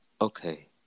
okay